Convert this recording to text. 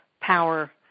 power